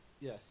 Yes